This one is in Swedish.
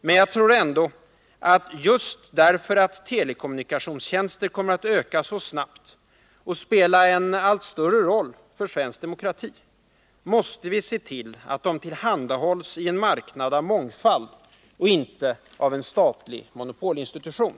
Men jag tror ändå att just därför att telekommunikationstjänster kommer att öka så snabbt och spela en ailt större roll för svensk demokrati, måste vi se till att de tillhandahålls i en marknad av mångfald och inte av en statlig monopolinstitution.